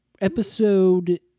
episode